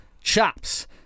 Chops